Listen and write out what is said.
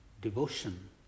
devotion